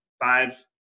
five